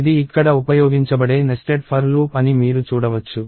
ఇది ఇక్కడ ఉపయోగించబడే nested for లూప్ అని మీరు చూడవచ్చు